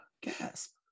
Gasp